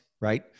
right